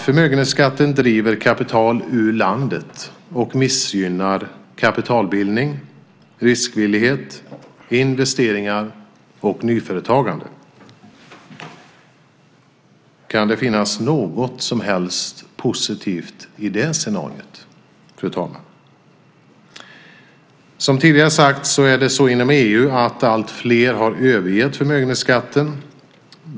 Förmögenhetsskatten driver kapital ur landet och missgynnar kapitalbildning, riskvillighet, investeringar och nyföretagande. Kan det finnas något som helst positivt i det scenariot, fru talman? Som tidigare har sagts har alltfler inom EU övergett förmögenhetsskatten.